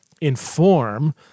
inform